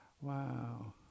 Wow